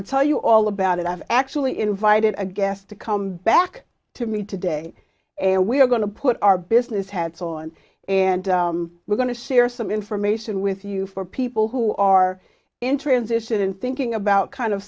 to tell you all about it actually invited a guest to come back to me today and we're going to put our business hats on and we're going to share some information with you for people who are in transition and thinking about kind of